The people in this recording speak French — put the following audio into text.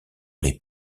les